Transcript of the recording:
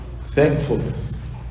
thankfulness